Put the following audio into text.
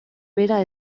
bera